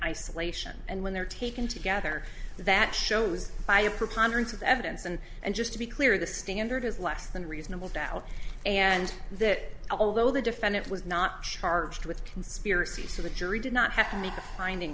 isolation and when they're taken together that shows by a preponderance of evidence and and just to be clear the standard is less than reasonable doubt and that although the defendant was not charged with conspiracy so the jury did not have to make a finding